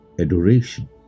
adoration